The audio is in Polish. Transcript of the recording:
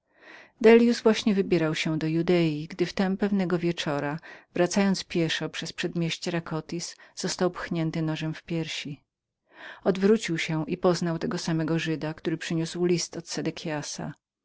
dellius właśnie wybierał się do judei gdy wtem pewnego wieczora wracając piechoto przez przedmieście rakotis został pchnięty nożem w piersi odwrócił się i poznał tego samego żyda który przyniósł list od